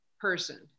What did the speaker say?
person